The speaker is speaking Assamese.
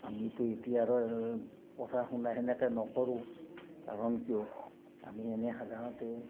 আমিতো এতিয়া আৰু পঢ়া শুনা সেনেকৈ নকৰোঁ কাৰণ কিয় আমি এনে সাধাৰণতে